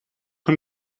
him